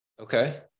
Okay